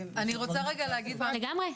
לגמרי,